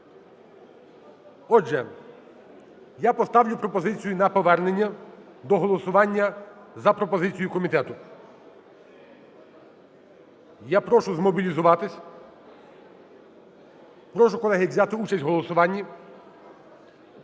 Отже я поставлю пропозицію на повернення до голосування за пропозицією комітету. Я прошу змобілізуватись. Прошу, колеги, взяти участь в голосуванні.